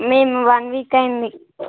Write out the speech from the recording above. మేము one week అయింది